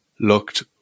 looked